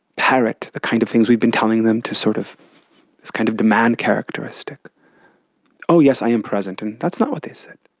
parrot the kinds of things we'd been telling them, sort of this kind of demand characteristic oh yes, i am present. and that's not what they said.